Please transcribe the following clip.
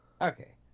Okay